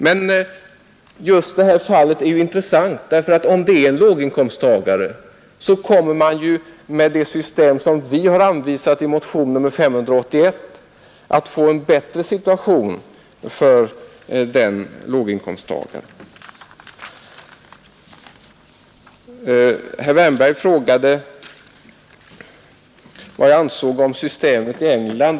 Men just det här fallet är intressant, eftersom det system som vi har anvisat i motion 1971:581 åstadkommer en bättre situation för låginkomsttagaren. Herr Wärnberg frågade vad jag anser om systemet i England.